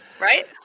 Right